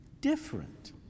Different